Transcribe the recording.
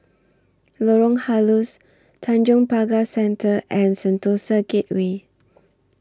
Lorong Halus Tanjong Pagar Centre and Sentosa Gateway